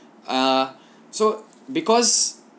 uh so because